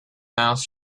mouth